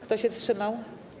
Kto się wstrzymał?